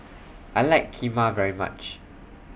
I like Kheema very much